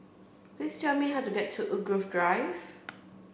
please tell me how to get to Woodgrove Drive